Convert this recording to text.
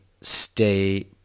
Stay